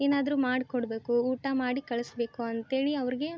ಏನಾದರೂ ಮಾಡಿಕೊಡ್ಬೇಕು ಊಟ ಮಾಡಿ ಕಳಿಸ್ಬೇಕು ಅಂಥೇಳಿ ಅವ್ರಿಗೆ